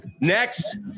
Next